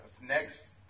next